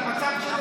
את המצב של,